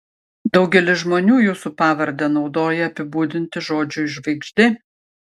daugelis žmonių jūsų pavardę naudoja apibūdinti žodžiui žvaigždė